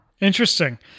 Interesting